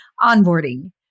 onboarding